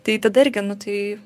tai tada irgi nu tai